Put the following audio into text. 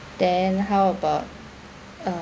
then how about uh